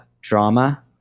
drama